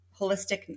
holistic